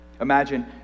Imagine